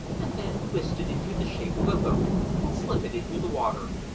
and then twist it into the shape of a boat and slip it into the water,